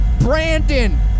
Brandon